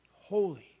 holy